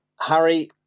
Harry